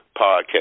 podcast